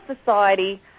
society